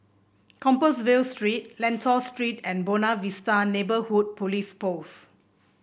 Compassvale Street Lentor Street and Buona Vista Neighbourhood Police Post